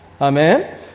Amen